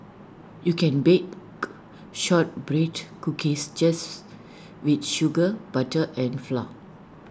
you can bake Shortbread Cookies just with sugar butter and flour